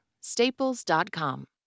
staples.com